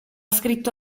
scritto